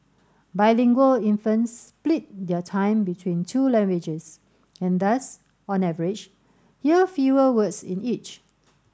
bilingual infants split their time between two languages and thus on average hear fewer words in each